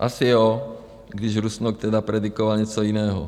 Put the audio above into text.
Asi jo, i když Rusnok tedy predikoval něco jiného.